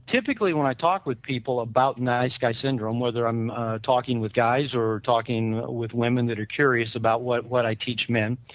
typically when i talk with people about nice guy syndrome, whether i'm talking with guys or talking with women that are curious about what what i teach men,